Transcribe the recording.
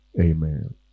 Amen